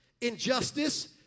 injustice